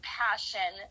passion